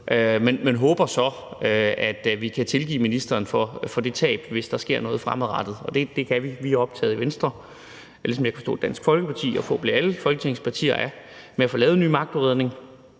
men håber så, at vi kan tilgive ministeren for det tab, hvis der sker noget fremadrettet, og det kan vi, for vi i Venstre er optaget af – ligesom jeg kan forstå Dansk Folkeparti og forhåbentlig alle Folketingets partier er – at få lavet en ny magtudredning